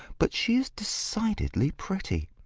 but she is decidedly pretty.